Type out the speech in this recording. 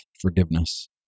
forgiveness